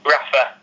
Rafa